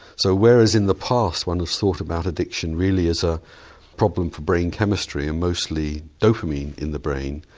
so whereas in the past one has thought about addiction really as a problem for brain chemistry and mostly dopamine in the brain,